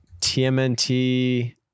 TMNT